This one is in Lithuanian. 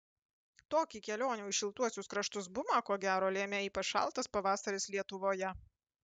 tokį kelionių į šiltuosius kraštus bumą ko gero lėmė ypač šaltas pavasaris lietuvoje